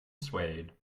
swayed